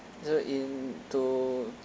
so in to